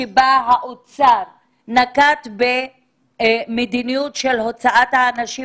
שבה האוצר נקט במדיניות של הוצאת האנשים